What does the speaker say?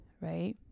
right